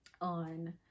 on